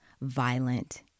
violent